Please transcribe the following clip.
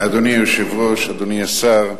אדוני היושב-ראש, אדוני השר,